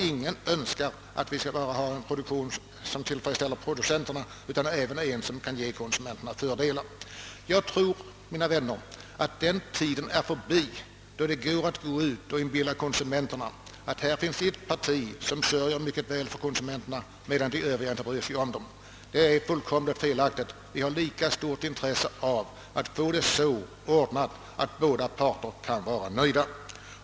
Ingen önskar en produktion som bara tillfredsställer producenterna, utan vad vi vill ha är en jordbruksproduktion som kan ge även konsumenterna fördelar. Jag tror, mina vänner, att den tiden är förbi då man kunde gå ut och inbilla konsumenterna att det finns bara ett parti som sörjer för konsumenterna, medan de övriga partierna inte bryr sig om dem. Vi har alla ett lika stort intresse av att ordna det så, att båda parter blir nöjda.